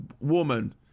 woman